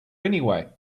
anyway